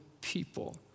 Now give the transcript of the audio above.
people